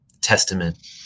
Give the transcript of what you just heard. testament